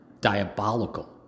diabolical